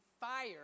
fire